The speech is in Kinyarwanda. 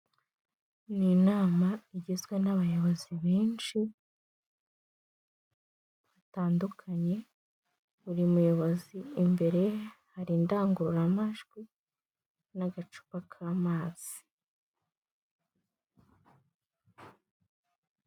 Ni inama igizwe n'abayobozi benshi batandukanye, buri muyobozi imbere hari indangururamajwi n'agacupa kamazi.